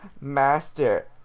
Master